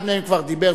אחד מהם כבר דיבר,